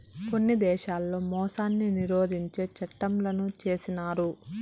కొన్ని దేశాల్లో మోసాన్ని నిరోధించే చట్టంలను చేసినారు